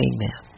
Amen